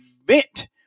event